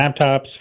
laptops